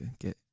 get